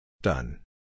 Done